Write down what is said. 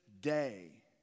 day